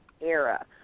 era